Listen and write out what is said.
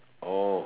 oh